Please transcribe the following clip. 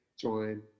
join